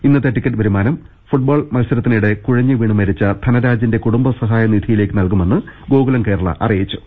ഇന്നത്തെ ടിക്കറ്റ് വരുമാനം ഫുട്ബോൾ മത്സരത്തിനിടെ കുഴഞ്ഞുവീണ് മരിച്ച ധനരാജിന്റെ കുടുംബസഹായ നിധിയിലേക്ക് നൽകുമെന്ന് ഗോകുലം കേരള അറിയിച്ചു